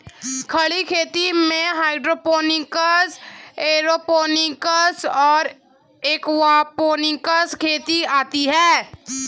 खड़ी खेती में हाइड्रोपोनिक्स, एयरोपोनिक्स और एक्वापोनिक्स खेती आती हैं